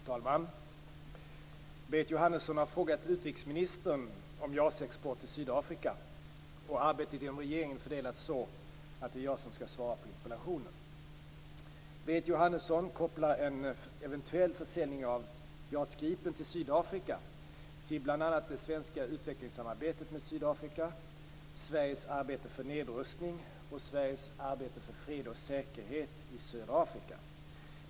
Fru talman! Berit Jóhannesson har frågat utrikesministern om JAS-export till Sydafrika. Arbetet inom regeringen är så fördelat att det är jag som skall svara på interpellationen. Berit Jóhannesson kopplar en eventuell försäljning av JAS Gripen till Sydafrika till bl.a. det svenska utvecklingssamarbetet med Sydafrika, Sveriges arbete för nedrustning och Sveriges arbete för fred och säkerhet i södra Afrika.